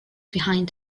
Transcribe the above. behind